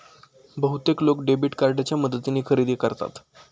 बहुतेक लोक डेबिट कार्डच्या मदतीने खरेदी करतात